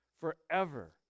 forever